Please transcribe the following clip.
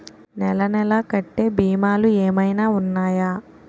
నెల నెల కట్టే భీమాలు ఏమైనా ఉన్నాయా?